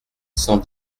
cent